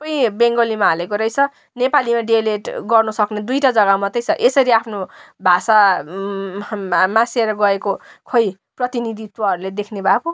सबै बङ्गालीमा हालेको रहेछ नेपालीमा डिइएलइडी गर्नु सक्ने दुइवटा जग्गा मात्रै छ यसरी आफ्नो भाषा मासेर गएको खै प्रतिनिधित्वहरूले देख्ने भए पो